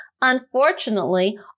Unfortunately